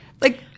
Like-